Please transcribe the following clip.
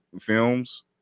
films